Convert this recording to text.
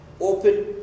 open